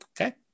Okay